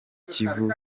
kivu